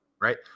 Right